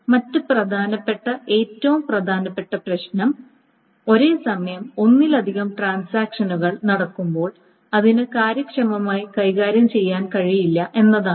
മറ്റ് പ്രധാനപ്പെട്ട ഏറ്റവും പ്രധാനപ്പെട്ട പ്രശ്നം ഒരേസമയം ഒന്നിലധികം ട്രാൻസാക്ഷനുകൾ നടക്കുമ്പോൾ അതിന് കാര്യക്ഷമമായി കൈകാര്യം ചെയ്യാൻ കഴിയില്ല എന്നതാണ്